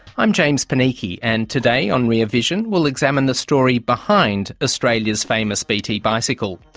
i'm james panichi and today on rear vision, we'll examine the story behind australia's famous bt bicycle.